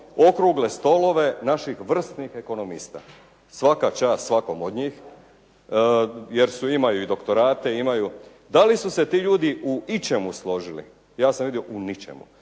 okrugle stolove naših vrsnih ekonomista. Sva čast svakom od njih, jer imaju i doktorate, imaju. da li su se ti ljudi u ičemu složili. Ja sam vidio u ničemu.